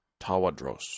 Tawadros